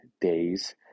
days